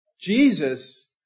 Jesus